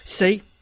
See